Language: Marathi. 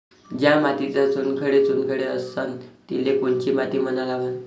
ज्या मातीत चुनखडे चुनखडे असन तिले कोनची माती म्हना लागन?